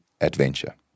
adventure